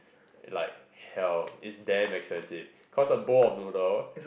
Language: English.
like hell is damn expensive cause a bowl of noodle